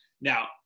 now